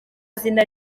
zina